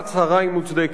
והסערה מוצדקת.